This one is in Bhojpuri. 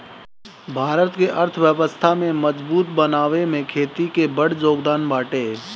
भारत के अर्थव्यवस्था के मजबूत बनावे में खेती के बड़ जोगदान बाटे